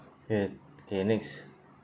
uh okay next